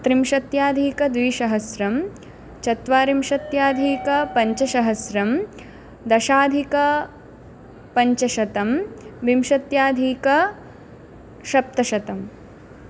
त्रिंशत्यधिकद्विसहस्रं चत्वारिंशत्यधिकपञ्चसहस्रं दशधिकपञ्चशतं विंशत्यधिकसप्तशतं